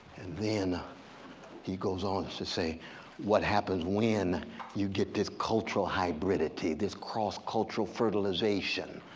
then he goes on to say what happens when you get this cultural hybridity, this cross cultural fertilization.